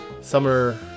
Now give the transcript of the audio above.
summer